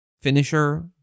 finisher